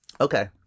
Okay